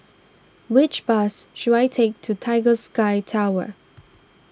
which bus should I take to Tiger Sky Tower